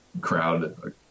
crowd